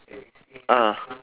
ah